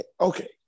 okay